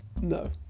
No